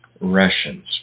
Russians